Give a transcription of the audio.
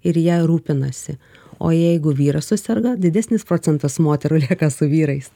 ir ja rūpinasi o jeigu vyras suserga didesnis procentas moterų lieka su vyrais